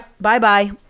Bye-bye